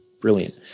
brilliant